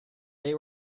they